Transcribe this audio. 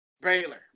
Baylor